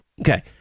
Okay